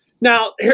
Now